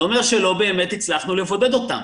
זה אומר שלא באמת הצלחנו לבודד אותם.